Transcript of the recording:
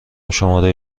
شماره